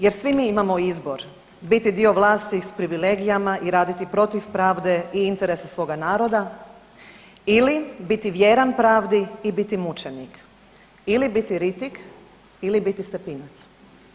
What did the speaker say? Jer svi mi imamo izbor biti dio vlasti i s privilegijama i radit protiv pravde i interesa svoga naroda ili biti vjeran pravdi i biti mučenik ili biti Rittig ili biti Stepinac.